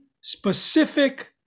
specific